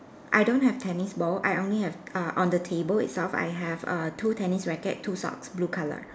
I don't have tennis ball I only have err on the table itself I have err two tennis racket two socks blue color